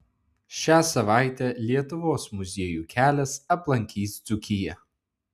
šią savaitę lietuvos muziejų kelias aplankys dzūkiją